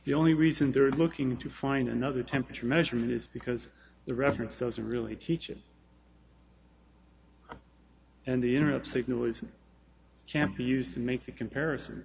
the only reason there is looking to find another temperature measurement is because the reference doesn't really teach it and the interrupt signal is champ used to make the comparison